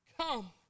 come